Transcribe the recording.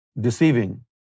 deceiving